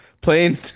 playing